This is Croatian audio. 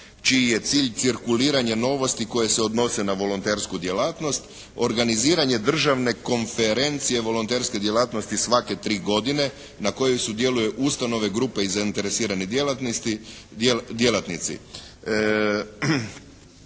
čiji je cilj cirkuliranje novosti koje se odnose na volontersku djelatnost. Organiziranje državne konferencije volonterske djelatnosti svake tri godine na kojoj sudjeluju ustanove, grupe i zainteresirane djelatnosti,